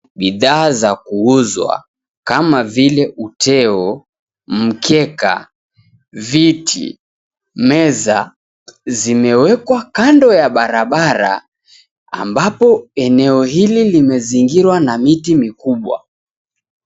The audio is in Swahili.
Bidhaa za kuuzwa, kama vile uteo, mkeka, viti, meza, zimewekwa kando ya barabara ambapo eneo hili limezingirwa na miti mikubwa.